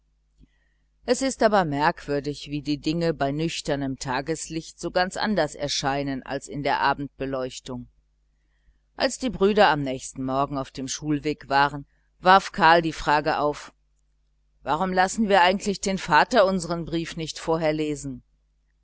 es ist aber merkwürdig wie die dinge bei nüchternem tageslicht so ganz anders erscheinen als in der abendbeleuchtung als die brüder am nächsten morgen auf dem schulweg waren warf karl die frage auf warum lassen wir eigentlich den vater unsern brief nicht vorher lesen